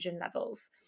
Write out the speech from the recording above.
levels